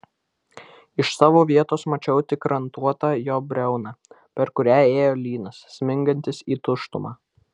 iš savo vietos mačiau tik rantuotą jo briauną per kurią ėjo lynas smingantis į tuštumą